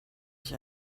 ich